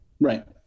Right